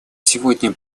сегодня